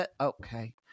Okay